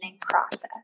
process